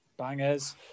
Bangers